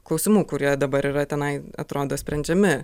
klausimų kurie dabar yra tenai atrodo sprendžiami